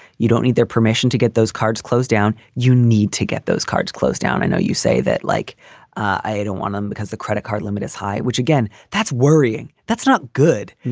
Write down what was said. you don't need their permission to get those cards close down. you need to get those cards close down. i know you say that like i don't want to um because the credit card limit is high. which, again, that's worrying. that's not good. and